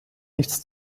nichts